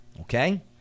Okay